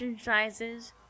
sizes